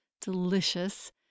delicious